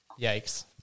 Yikes